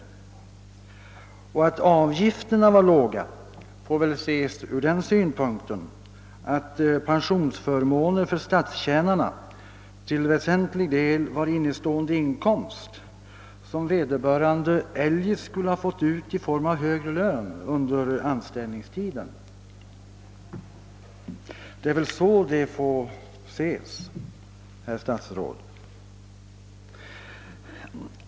Och att avgifterna var låga får väl ses mot bakgrund av att pensionsförmånerna för statstjänarna till väsentlig del var innestående inkomst, som vederbörande eljest skulle ha fått ut i form av högre lön under anställningstiden. Detta måste beaktas i sammanhanget, herr statsråd.